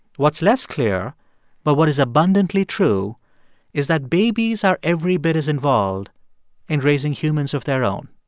what's less clear but what is abundantly true is that babies are every bit as involved in raising humans of their own.